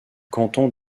canton